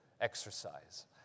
exercise